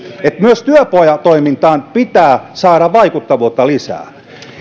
että myös työpajatoimintaan pitää saada vaikuttavuutta lisää